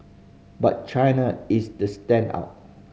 but China is the standout